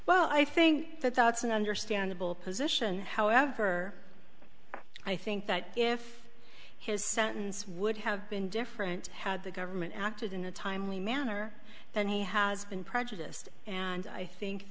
well i think that that's an understandable position however i think that if his sentence would have been different had the government acted in a timely manner and he has been prejudiced and i think